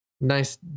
Nice